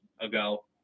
ago